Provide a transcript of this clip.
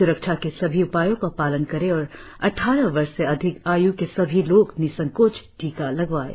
स्रक्षा के सभी उपायों का पालन करें और अद्वारह वर्ष से अधिक आय् के सभी लोग निसंकोच टीका लगवाएं